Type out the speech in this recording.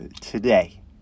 today